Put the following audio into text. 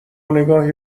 نگاهی